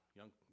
young